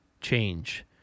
change